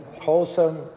wholesome